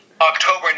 October